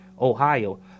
Ohio